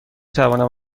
توانم